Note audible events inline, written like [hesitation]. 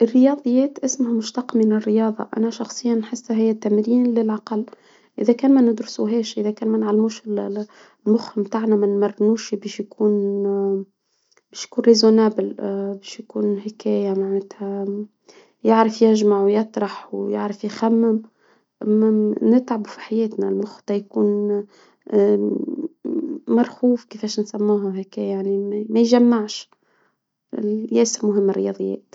الرياضيات إسمها مشتق من الرياضة، أنا شخصيا حاسة هي تمرين للعقل، إذا كان ما ندرسوهاش ،إذا كان ما نعلموش [hesitation] المخ نتاعنا ما نمرنوشي باش يكون [hesitation] باش يكون منطقي، وش يكون حكايا معنتها يعرف يجمع ويطرح ويعرف يخمن [hesitation] نتعب في حياتنا مخت- يكون [hesitation] مرخوف كيفاش نسموها هيكا يعني ما يجمعش [hesitation] نعم مهمة الرياضيات.